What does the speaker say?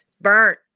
burnt